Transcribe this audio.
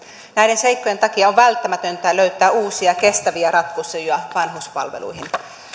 näiden seikkojen takia on välttämätöntä löytää uusia kestäviä ratkaisuja vanhuspalveluihin